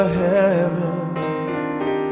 heavens